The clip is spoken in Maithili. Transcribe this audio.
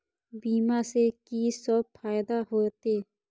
बीमा से की सब फायदा होते?